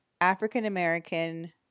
African-American